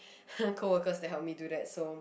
coworkers to help me do that so